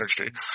energy